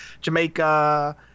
Jamaica